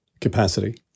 capacity